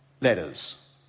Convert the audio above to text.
letters